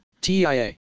TIA